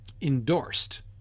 endorsed